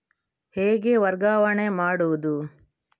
ಹೇಗೆ ವರ್ಗಾವಣೆ ಮಾಡುದು?